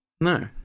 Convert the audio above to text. No